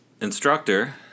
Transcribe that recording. instructor